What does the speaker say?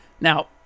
Now